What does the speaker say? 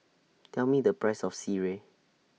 Tell Me The Price of Sireh